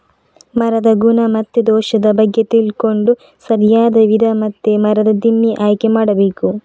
ಮರದ ಗುಣ ಮತ್ತೆ ದೋಷದ ಬಗ್ಗೆ ತಿಳ್ಕೊಂಡು ಸರಿಯಾದ ವಿಧ ಮತ್ತೆ ಮರದ ದಿಮ್ಮಿ ಆಯ್ಕೆ ಮಾಡಬೇಕು